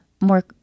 more